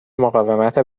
مقاومت